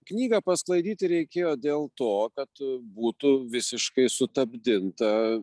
knygą pasklaidyti reikėjo dėl to kad būtų visiškai sutapdinta